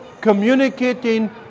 communicating